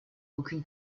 aucune